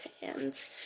hands